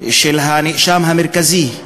של הנאשם המרכזי,